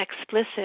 explicit